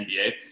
NBA